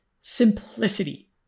simplicity